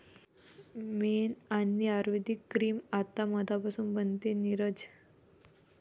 मेण आणि आयुर्वेदिक क्रीम आता मधापासून बनते, नीरज